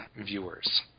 viewers